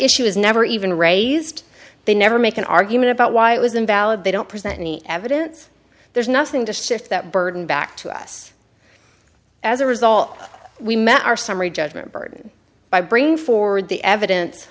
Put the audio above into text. issue is never even raised they never make an argument about why it was invalid they don't present any evidence there's nothing to see if that burden back to us as a result we met our summary judgment burden by bringing forward the evidence